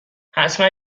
حتما